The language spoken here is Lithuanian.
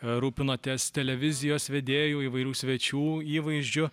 rūpinotės televizijos vedėjų įvairių svečių įvaizdžiu